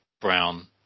Brown